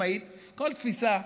אתם יודעים מה?